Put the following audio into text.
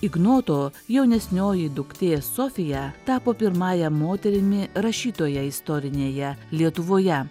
ignoto jaunesnioji duktė sofija tapo pirmąja moterimi rašytoja istorinėje lietuvoje